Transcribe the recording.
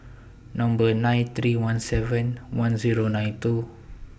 Number nine three one seven one Zero nine two